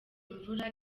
imvura